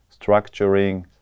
structuring